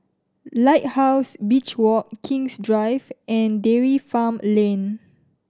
Lighthouse Beach Walk King's Drive and Dairy Farm Lane